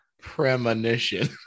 premonition